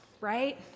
right